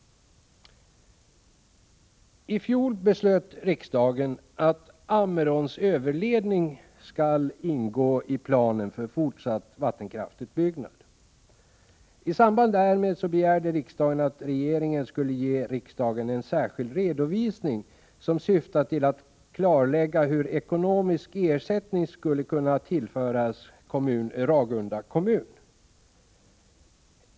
I fjol beslöt riksdagen att Ammeråns överledning skall ingå i planen för fortsatt vattenkraftsutbyggnad. I samband därmed begärde riksdagen att regeringen skulle ge riksdagen en särskild redovisning som syftar till att klarlägga hur ekonomisk ersättning skall kunna tillföras Ragunda kommun.